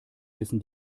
wissen